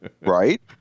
Right